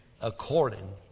according